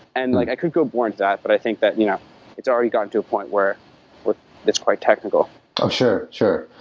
and like i could go boring to that, but i think you know it's already gotten to a point where it's quite technical ah sure, sure.